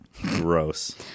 gross